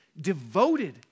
devoted